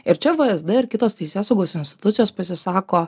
ir čia v es d ir kitos teisėsaugos institucijos pasisako